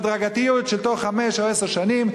בהדרגתיות של בתוך חמש או עשר שנים,